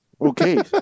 Okay